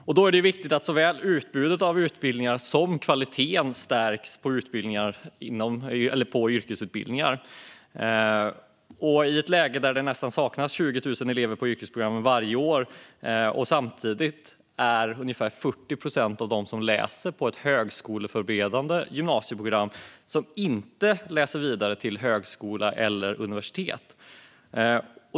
Det är viktigt att såväl utbudet av som kvaliteten på yrkesutbildningarna stärks. Vi har ett läge där det saknas nästan 20 000 elever på yrkesprogrammen varje år, samtidigt som ungefär 40 procent av dem som läser på ett högskoleförberedande program inte läser vidare på högskolor och universitet.